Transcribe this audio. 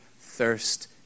thirst